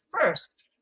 first